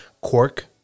Cork